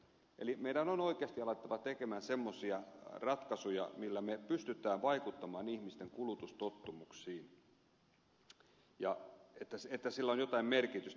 eli meidän on oikeasti alettava tehdä semmoisia ratkaisuja joilla me pystymme vaikuttamaan ihmisten kulutustottumuksiin ja joilla on jotain merkitystä